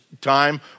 time